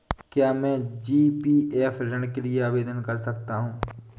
क्या मैं जी.पी.एफ ऋण के लिए आवेदन कर सकता हूँ?